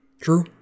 True